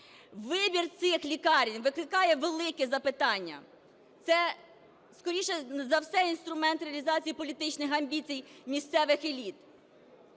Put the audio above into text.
Вибір цих лікарень викликає великі запитання, це скоріше за все, інструмент реалізації політичних амбіцій місцевих еліт.